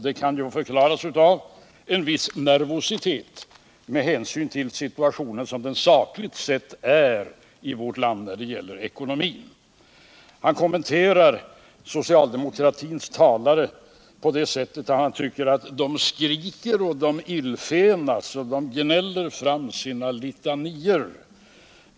Det kan ju förklaras av en viss nervositet med hänsyn till situationen sådan den sakligt sett är i vårt land när det gäller ekonomin. När han kommenterar socialdemokratins talare säger han att de skriker, illfänas, gnäller fram sina litanior.